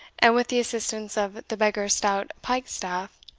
and, with the assistance of the beggar's stout piked staff,